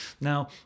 Now